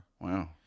Wow